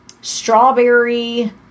strawberry